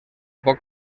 poc